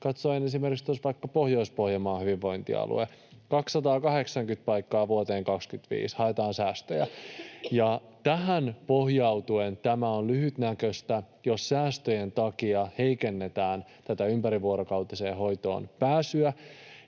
Katsoin esimerkiksi tuossa vaikka Pohjois-Pohjanmaan hyvinvointialuetta: 280 paikkaa vuoteen 25 haetaan säästöjä. Tähän pohjautuen tämä on lyhytnäköistä, jos säästöjen takia heikennetään tätä ympärivuorokautiseen hoitoon pääsyä,